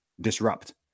disrupt